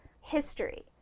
history